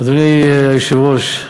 אדוני היושב-ראש,